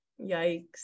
Yikes